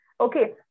Okay